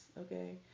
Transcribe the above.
okay